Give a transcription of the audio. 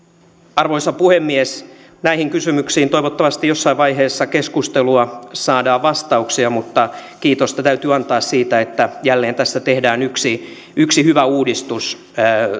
arvoisa puhemies näihin kysymyksiin toivottavasti jossain vaiheessa keskustelua saadaan vastauksia mutta kiitosta täytyy antaa siitä että jälleen tässä tehdään yksi yksi hyvä uudistus